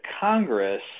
Congress